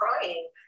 crying